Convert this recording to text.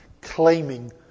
claiming